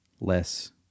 less